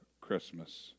Christmas